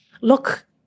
look